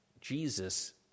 Jesus